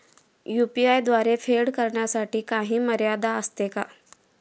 UPI द्वारे फेड करण्यासाठी काही मर्यादा असते का?